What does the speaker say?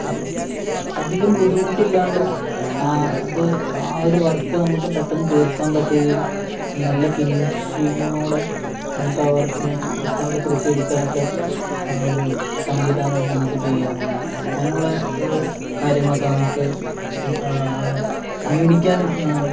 അധികം ബുദ്ധിമുട്ടില്ലാണ്ടും അത് ആ ഒരു വർക്ക് നമുക്ക് പെട്ടെന്ന് തീർക്കാൻ പറ്റുകയും നല്ല ഫിനിഷിങ്ങോടെ നമുക്ക് ആ വർക്കിനെ പാകപ്പെടുത്തിയെടുക്കാനൊക്കെ ഒരു സംവിധാനം നമുക്ക് ചെയ്യാം അങ്ങനെയുള്ള ഒരു കാര്യങ്ങളൊക്കെ നമുക്ക് മേടിക്കാനും